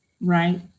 Right